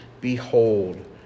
Behold